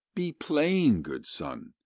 be plain, good son,